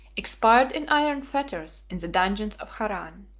expired in iron fetters in the dungeons of haran.